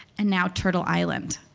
and now turtle island,